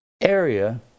area